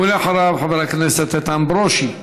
ואחריו, חבר הכנסת איתן ברושי.